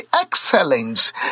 excellence